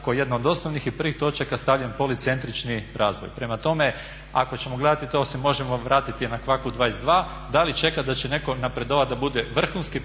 kao jedna od osnovnih i prvih točaka stavljen policentrični razvoj. Prema tome, ako ćemo gledati to se možemo vratiti na kvaku 22 da li čekat da će netko napredovat da bude vrhunski